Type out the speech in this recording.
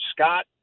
Scott